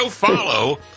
follow